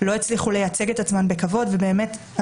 לא הצליחו לייצג את עצמן בכבוד ובאמת,